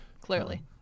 Clearly